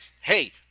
hey